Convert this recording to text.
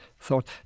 thought